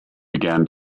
began